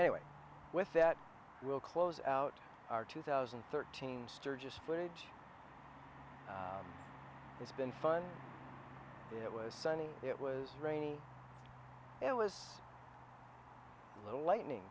anyway with that we'll close out our two thousand and thirteen sturgis footage it's been fun it was sunny it was rainy it was a little lightning